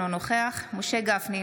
אינו נוכח משה גפני,